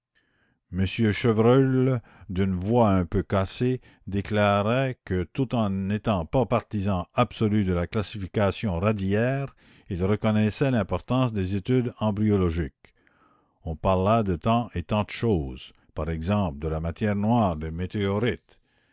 chevreul d'une voix un peu cassée déclarait que tout en n'étant pas partisan absolu de la classification radiaire il reconnaissait l'importance des études embriologiques on parla de tant et tant de choses par exemple de la matière noire des météorites